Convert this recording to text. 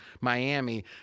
Miami